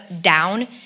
down